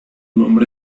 nombre